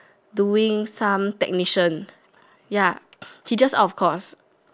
doing some technician ya he just out of course